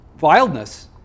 wildness